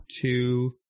Two